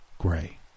gray